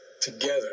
Together